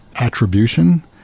attribution